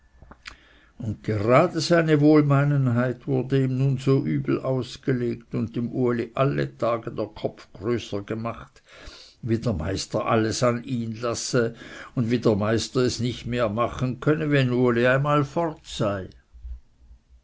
und gerade seine wohlmeinenheit wurde ihm nun so übel ausgelegt und dem uli alle tage der kopf größer gemacht wie der meister alles an ihn lasse und wie der meister es nicht mehr machen könnte wenn uli einmal fort sei